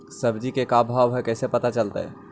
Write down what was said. सब्जी के का भाव है कैसे पता चलतै?